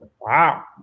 Wow